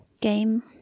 Game